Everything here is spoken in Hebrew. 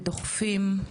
ודוחפים,